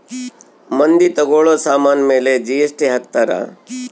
ಮಂದಿ ತಗೋಳೋ ಸಾಮನ್ ಮೇಲೆ ಜಿ.ಎಸ್.ಟಿ ಹಾಕ್ತಾರ್